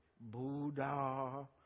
Buddha